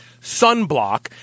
sunblock